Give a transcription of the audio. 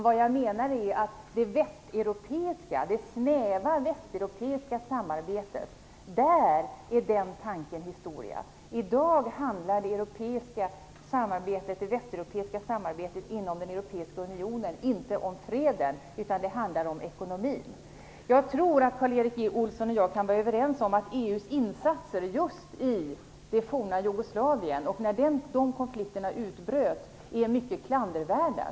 Vad jag menar är att den tanken är historia i det snäva västeuropeiska samarbetet. I dag handlar det västeuropeiska samarbetet inom den europeiska unionen inte om freden, utan det handlar om ekonomin. Jag tror att Karl Erik Olsson och jag kan vara överens om att EU:s insatser då konflikterna i det forna Jugoslavien utbröt är mycket klandervärda.